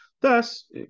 Thus